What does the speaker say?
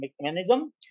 mechanism